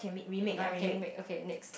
ya can remake okay next